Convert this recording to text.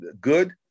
good